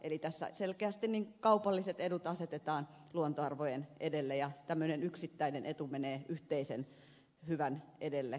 eli tässä selkeästi kaupalliset edut asetetaan luontoarvojen edelle ja tämmöinen yksittäinen etu menee yhteisen hyvän edelle